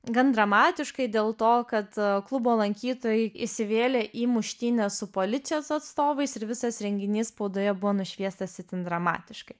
gan dramatiškai dėl to kad klubo lankytojai įsivėlė į muštynes su policijos atstovais ir visas renginys spaudoje buvo nušviestas itin dramatiškai